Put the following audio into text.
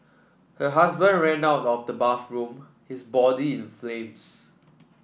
her husband ran out of the bathroom his body in flames